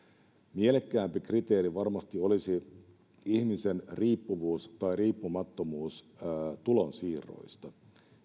mielekkäämpi kriteeri varmasti olisi ihmisen riippuvuus tai riippumattomuus tulonsiirroista